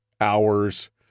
hours